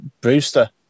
Brewster